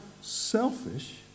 selfish